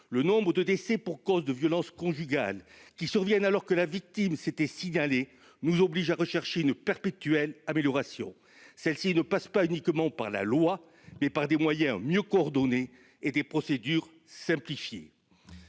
Le nombre de décès pour cause de violences conjugales qui surviennent alors que la victime s'était signalée nous oblige à rechercher une perpétuelle amélioration. Celle-ci passe non pas uniquement par la loi, mais par des moyens mieux coordonnés et des procédures simplifiées.